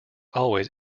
always